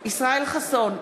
ישראל חסון,